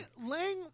Lang